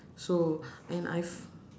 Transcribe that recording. so and I f~